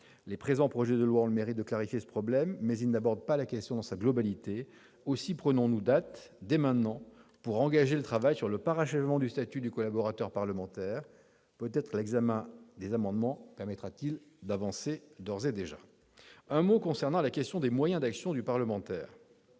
Les présents projets de loi ont le mérite de clarifier ce problème, bien qu'ils n'abordent pas la question dans sa globalité. Aussi prenons date, dès maintenant, pour engager le travail sur le parachèvement du statut de collaborateur parlementaire. Peut-être l'examen des amendements permettra-t-il d'avancer en la matière. J'évoquerai brièvement la question des moyens d'action du parlementaire.